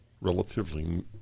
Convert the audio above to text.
relatively